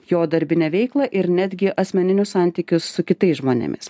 jo darbinę veiklą ir netgi asmeninius santykius su kitais žmonėmis